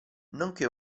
nonché